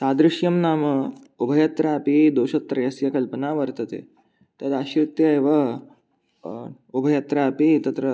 सादृश्यं नाम उभयत्रापि दोषत्रयस्य कल्पना वर्तते तदाश्रित्य एव उभयत्रापि तत्र